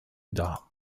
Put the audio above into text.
dar